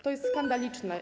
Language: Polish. To jest skandaliczne.